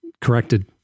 corrected